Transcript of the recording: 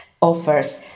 offers